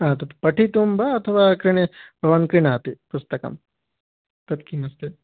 हा तत् पठितुं वा अथवा क्रीणी भवान् क्रीणाति पुस्तकं तत् किमस्ति